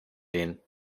lehnen